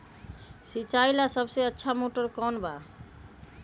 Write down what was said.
सिंचाई ला सबसे अच्छा मोटर कौन बा?